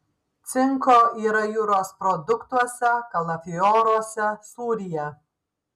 cinko yra jūros produktuose kalafioruose sūryje